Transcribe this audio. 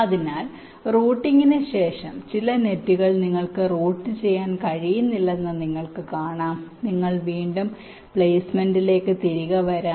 അതിനാൽ റൂട്ടിംഗിന് ശേഷം ചില നെറ്റുകൾ നിങ്ങൾക്ക് റൂട്ട് ചെയ്യാൻ കഴിയുന്നില്ലെന്ന് നിങ്ങൾക്ക് കാണാം നിങ്ങൾക്ക് വീണ്ടും പ്ലേസ്മെന്റിലേക്ക് തിരികെ വരാം